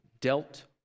dealt